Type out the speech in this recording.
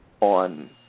on